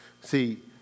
See